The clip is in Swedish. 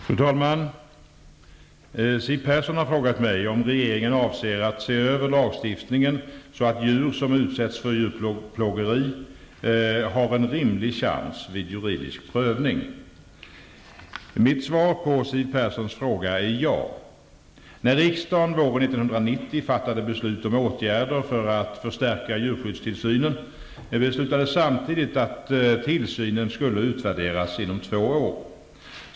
Fru talman! Siw Persson har frågat mig om regeringen avser att se över lagstiftningen så att djur som utsätts för djurplågeri ''har en rimlig chans vid juridisk prövning''. Mitt svar på Siw Perssons fråga är ja. När riksdagen våren 1990 fattade beslut om åtgärder för att förstärka djurskyddstillsynen, beslutades samtidigt att tillsynen skulle utvärderas inom två år.